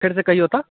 फेर से कहियौ तऽ